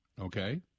Okay